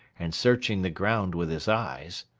and searching the ground with his eyes.